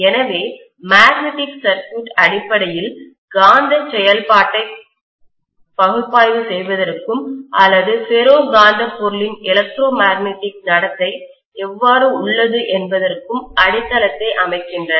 எனவே magnetic circuit அடிப்படையில் காந்தச் செயல்பாட்டை பகுப்பாய்வு செய்வதற்கும் அல்லது ஃபெரோ காந்தப் பொருளின் எலக்ட்ரோ மேக்னடிக் நடத்தை எவ்வாறு உள்ளது என்பதற்கும் அடித்தளத்தை அமைக்கின்றன